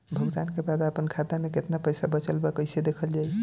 भुगतान के बाद आपन खाता में केतना पैसा बचल ब कइसे देखल जाइ?